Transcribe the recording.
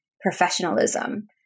professionalism